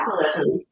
capitalism